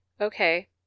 okay